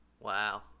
wow